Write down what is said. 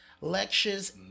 lectures